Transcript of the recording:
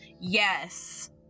Yes